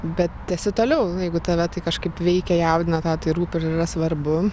bet tęsi toliau jeigu tave tai kažkaip veikia jaudina tau tai rūpi ir yra svarbu